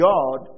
God